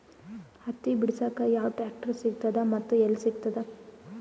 ಹತ್ತಿ ಬಿಡಸಕ್ ಯಾವ ಟ್ರಾಕ್ಟರ್ ಸಿಗತದ ಮತ್ತು ಎಲ್ಲಿ ಸಿಗತದ?